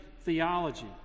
theology